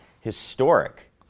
historic